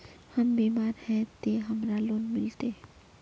हम बीमार है ते हमरा लोन मिलते?